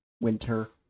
winter